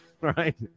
right